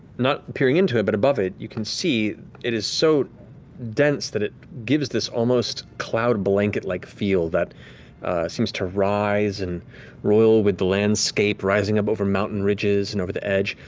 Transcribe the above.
not peering into it, but above it, you can see it is so dense that it gives this cloud blanket-like feel that seems to rise and roil with the landscape, rising up over mountain ridges and over the edge.